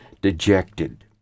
dejected